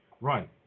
Right